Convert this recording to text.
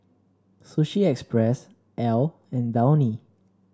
Sushi Express Elle and Downy